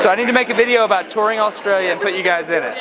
so i need to make a video about touring australia and put you guys in